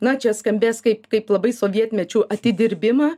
na čia skambės kaip kaip labai sovietmečiu atidirbimą